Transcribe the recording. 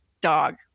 dog